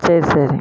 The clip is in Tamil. சரி சரி